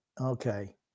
Okay